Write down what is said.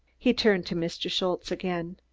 he turned to mr. schultze again.